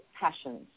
passions